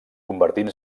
convertint